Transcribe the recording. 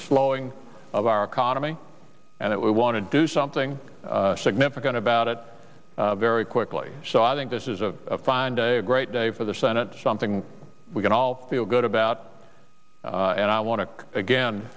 slowing of our economy and it we want to do something significant about it very quickly so i think this is a fine day a great day for the senate something we can all feel good about and i want to again